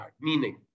Meaning